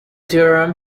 theorem